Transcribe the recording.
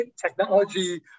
technology